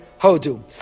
Hodu